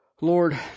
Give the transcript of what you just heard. Lord